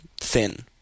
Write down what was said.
thin